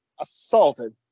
assaulted